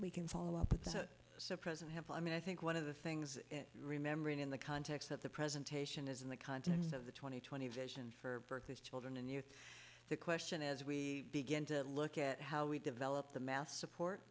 we can follow up so present have i mean i think one of the things i remember in the context of the presentation is in the context of the twenty twenty vision for these children and youth the question as we begin to look at how we develop the math support